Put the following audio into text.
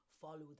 follow